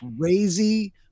crazy